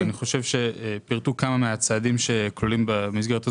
ואני חושב שהם פירטו כמה מהצעדים שכלולים במסגרת הזאת.